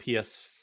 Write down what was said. ps